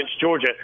Georgia